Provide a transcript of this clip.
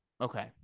Okay